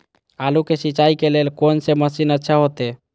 आलू के सिंचाई के लेल कोन से मशीन अच्छा होते?